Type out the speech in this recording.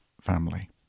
family